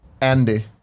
Andy